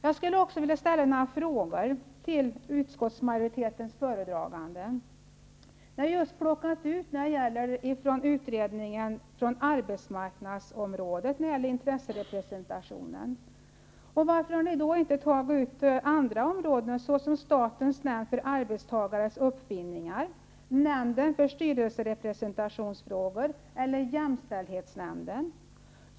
Jag skulle även vilja ställa några frågor till utskottsmajoritetens företrädare. Ni har plockat ut intresserepresentationen på arbetsmarknadsområdet från utredningen. Varför har ni då inte tagit ut andra områden, såsom statens nämnd för arbetstagares uppfinningar, nämnden för styrelserepresentationsfrågor eller jämställdhetsnämnden?